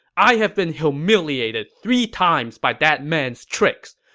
i have been humiliated three times by that man's tricks!